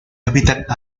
hábitat